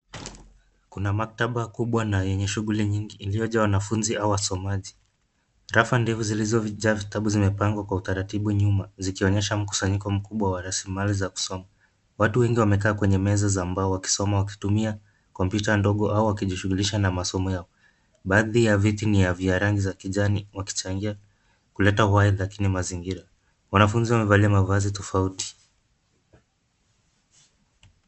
Kuna maktaba kubwa na yenye shughuli nyingi iliyojaa wanafunzi au wasomaji. Rafu ndefu zilizojaa vitabu zimepangwa kwa utaratibu nyuma, zikionyesha mkusanyiko mkubwa wa rasilimali za kusoma. Watu wengi wamekaa kwa meza za mbao wakisoma wakitumia kompyuta ndogo au wakijishughulisha na masomo yao. Baadhi ya viti ni vya rangi za kijani wakichangia kuleta waya zake ni mazingira. Wanafunzi wamevalia mavazi tofauti.